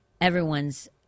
everyone's